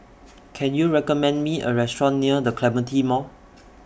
Can YOU recommend Me A Restaurant near The Clementi Mall